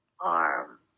arm